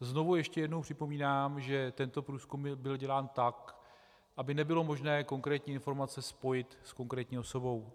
Znovu ještě jednou připomínám, tento průzkum byl dělán tak, aby nebylo možné konkrétní informace spojit s konkrétní osobou.